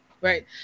right